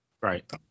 Right